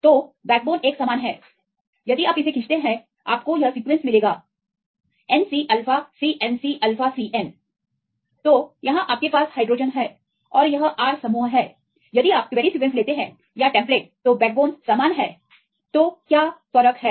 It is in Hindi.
तो बैकबोन एक समान है यदि आप इसे खींचते हैं आपको यह सीक्वेंस मिलेगा N C alpha C N C alpha C N तो यहां आपके पास हाइड्रोजन है और यह R समूह है यदि आप क्वेरी सीक्वेंस लेते हैं या टेम्पलेट तो बैकबोन समान है तो क्या अंतर है